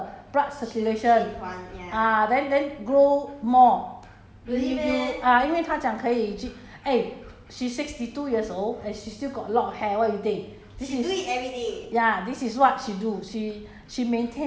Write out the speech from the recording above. try 没有它 massage 你的穴位 then 促进那个 blood circulation uh then then grow more you you uh 因为她讲可以去 eh she's sixty two years old and she still got a lot of hair what you think